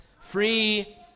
Free